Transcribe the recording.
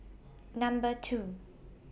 Number two